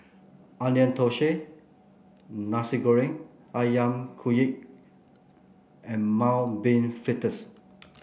Onion Thosai Nasi Goreng ayam Kunyit and Mung Bean Fritters